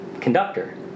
conductor